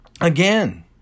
Again